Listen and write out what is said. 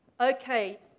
Okay